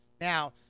Now